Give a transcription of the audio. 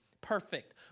Perfect